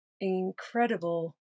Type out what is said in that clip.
incredible